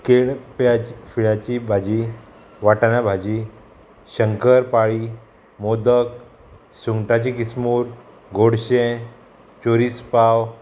केळ पेची फिळ्याची भाजी वाटाण्यां भाजी शंकर पाळी मोदक सुंगटाची किसमूर गोडशें चोरीस पांव